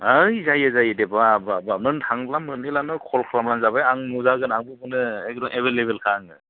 है जायो जायो दे बाब बाब बाब नों थांब्ला मोनहैब्लानो क'ल खालामब्लानो जाबाय आं नुजागोन आं एभैलेबोलखा आङो